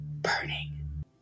burning